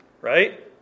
right